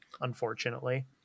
unfortunately